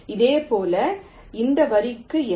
இதேபோல் இந்த வரிக்கு S1